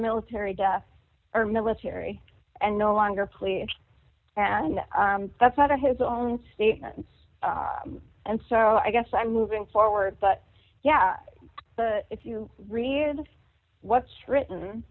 military death or military and no longer plea and that's out of his own statements and so i guess i'm moving forward but yeah but if you read what's written